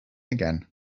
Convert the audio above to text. again